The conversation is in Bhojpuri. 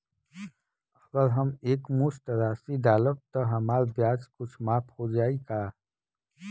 अगर हम एक मुस्त राशी डालब त हमार ब्याज कुछ माफ हो जायी का?